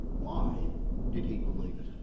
why did he believe it?